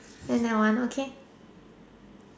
then that one okay